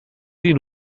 den